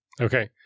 Okay